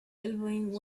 elbowing